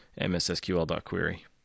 MSSQL.Query